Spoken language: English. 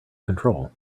control